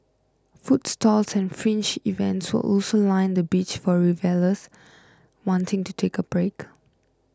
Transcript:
food stalls and fringe events will also line the beach for revellers wanting to take a break